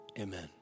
Amen